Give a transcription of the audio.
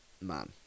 man